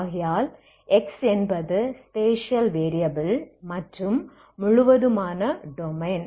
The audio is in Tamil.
ஆகையால் x என்பது ஸ்பேஷியல் வேரியபில் மற்றும் முழுவதுமான டொமைன்